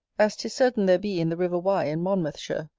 as tis certain there be in the river wye in monmouthshire,